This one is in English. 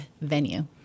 venue